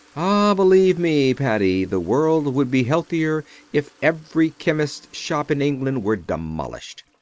ah, believe me, paddy, the world would be healthier if every chemist's shop in england were demolished.